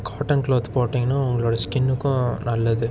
cotton cloth போட்டீங்கன்னா உங்களோட ஸ்கின்னுக்கும் நல்லது